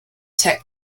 tech